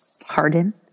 Pardon